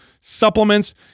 supplements